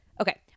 okay